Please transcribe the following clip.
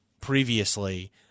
previously